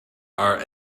are